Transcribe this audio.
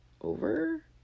over